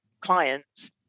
clients